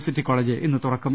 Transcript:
varsity college ഇന്ന് തുറക്കും